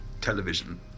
television